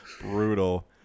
Brutal